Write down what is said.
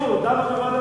הוא הגיש ערעור,